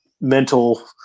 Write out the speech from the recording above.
mental